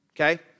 okay